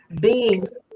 beings